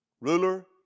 ruler